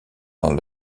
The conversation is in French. dans